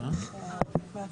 אתה רוצה את החוק?